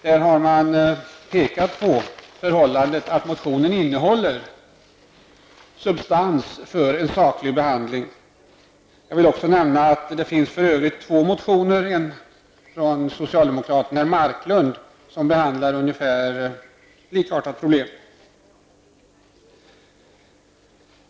De har pekat på förhållandet att motionen innehåller substans för en saklig behandling. Jag vill också nämna att det för övrigt finns två motioner, varav en från socialdemokraten Leif Marklund, som behandlar ungefär likartade problem.